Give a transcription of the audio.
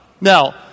now